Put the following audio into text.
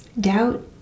Doubt